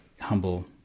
humble